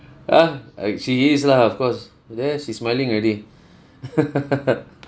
ah uh she is lah of course there she's smiling already